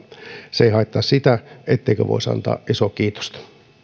se ei haittaa sitä etteikö voisi antaa isoa kiitosta